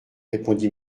répondit